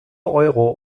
euro